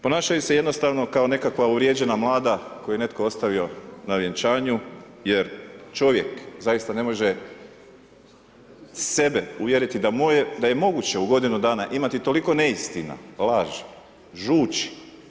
Ponašaju se jednostavno kao nekakva uvrijeđena mlada, koju je netko ostavio na vjenčanju, jer čovjek, zaista ne može sebe uvjeriti, da je moguće u godinu dana imati toliko neistina, laži, žuči.